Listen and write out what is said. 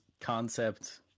concept